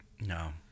No